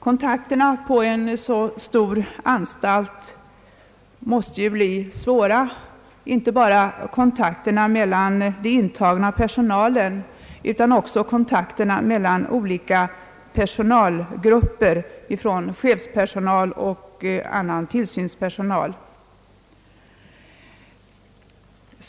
Kontakterna på en så stor anstalt måste ju bli svåra, inte bara kontakterna mellan de intagna och personalen, utan också kontakterna mellan olika personalgrupper, ifrån chefspersonal till annan tillsynspersonal.